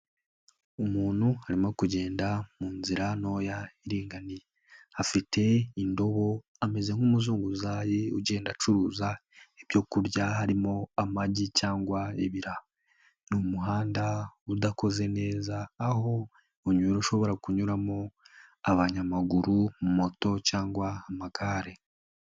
Umuntu arimo kugenda mu nzira ntoya iringaniye. Afite indobo ameze nk'umuzunguzayi ugenda acuruza ibyo kurya harimo amagi cyangwa ibiraha. Ni umuhanda udakoze neza, aho unyura, ushobora kunyuramo abanyamaguru, moto cyangwa amagare.